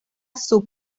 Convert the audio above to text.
sub